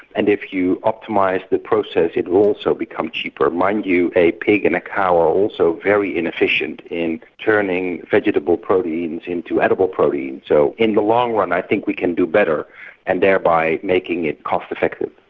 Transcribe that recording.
and if you optimise the process it will also become cheaper. mind you, a pig and a cow are also very inefficient in turning vegetable proteins into edible proteins. so in the long run i think we can do better and thereby making it cost effective.